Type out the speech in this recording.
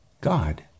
God